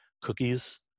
cookies